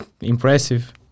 impressive